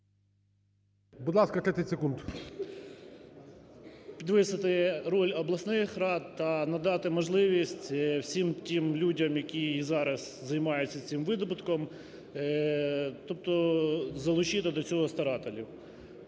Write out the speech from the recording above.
підвищити роль обласних рад та надати можливість всім тим людям, які зараз займаються цим видобутком, тобто залучити до цього старателів.